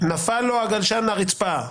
נפל לו הגלשן על הרצפה,